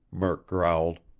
murk growled.